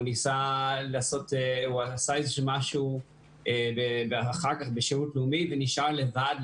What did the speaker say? והוא עשה משהו אחר כך בשירות הלאומי ונשאר לבד,